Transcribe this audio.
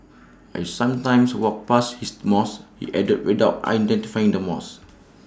I sometimes walk past this mosque he added without identifying the mosque